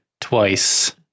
twice